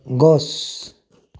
গছ